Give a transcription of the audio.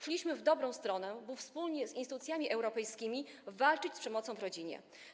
Szliśmy w dobrą stronę, by wspólnie z instytucjami europejskimi walczyć z przemocą w rodzinie.